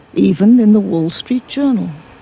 even in the wall street journal.